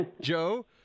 Joe